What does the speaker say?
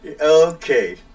okay